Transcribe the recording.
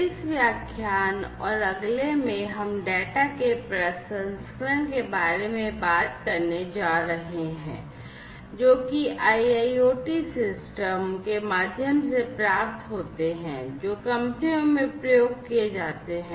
इस व्याख्यान और अगले में हम डेटा के प्रसंस्करण के बारे में बात करने जा रहे हैं जो कि IIoT सिस्टम के माध्यम से प्राप्त होता हैं जो कंपनियों में प्रयोग किया जाता हैं